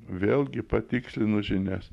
vėlgi patikslino žinias